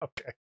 Okay